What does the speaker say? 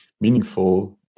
meaningful